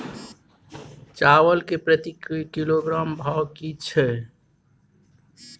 चावल के प्रति किलोग्राम भाव की छै?